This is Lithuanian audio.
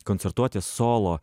koncertuoti solo